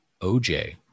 OJ